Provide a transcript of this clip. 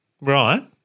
Right